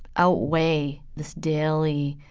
outweigh this daily